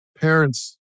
parents